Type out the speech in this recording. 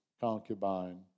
concubine